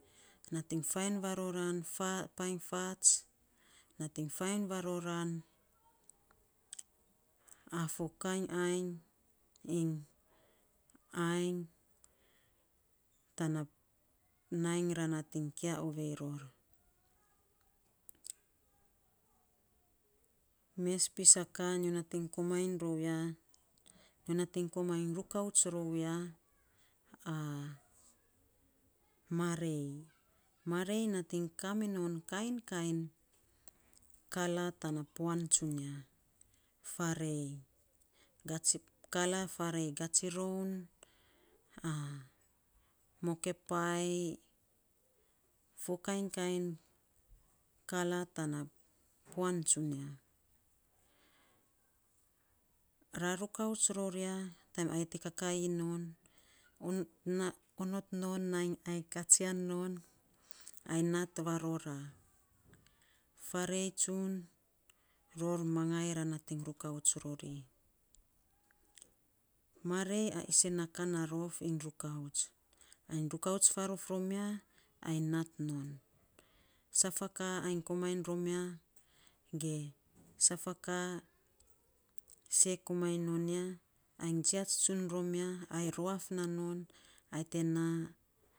Natiny fainy varora painy fats, nat iny fainy rarora a fo kainy ainy tan nainy ra natiny kia ovei ror. Mes pis a ka nyo natiny komainy rou ya. Nyo nat iny komainy rou ya. Nyo nat iny komainy rukouts r ou ya, a marei. Marei nating kaminon kainy kainy kala tana puan tsunia. Ra rukauts ror a taim ai te kakaii non. na onot non nainy ai katsian non, ai nat varora. Faarei tsun non. Saf a ka nyi komainy rom mia. Ge saf a ka see komainy non nia, anyi jiat tsun rom ya, ai ruaf na non ai te naa.